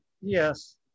Yes